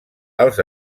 els